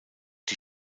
die